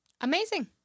amazing